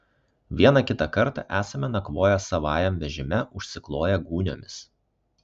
vieną kitą kartą esame nakvoję savajam vežime užsikloję gūniomis